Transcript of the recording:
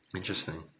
interesting